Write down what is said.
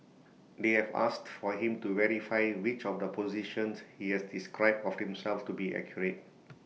they have asked for him to verify which of the positions he has described of himself to be accurate